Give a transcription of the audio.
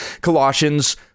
Colossians